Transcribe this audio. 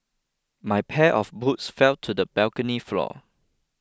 my pair of boots fell to the balcony floor